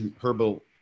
herbal